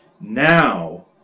Now